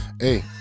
hey